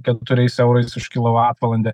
keturiais eurais už kilovatvalandę